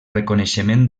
reconeixement